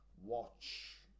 watch